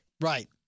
Right